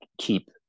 keep